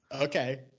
Okay